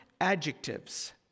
adjectives